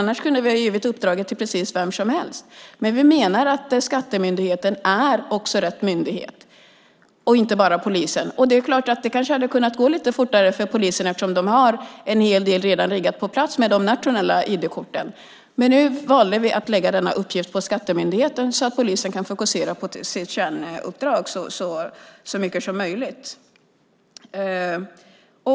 Annars kunde vi ha givit uppdragit till vem som helst. Vi menar att skattemyndigheten är rätt myndighet, inte polisen. Det är klart att det kanske hade kunnat gå lite fortare för polisen eftersom de har en hel del redan riggat på plats med de nationella ID-korten. Men nu valde vi att lägga denna uppgift på skattemyndigheten så att polisen kan fokusera på sitt kärnuppdrag så mycket som möjligt.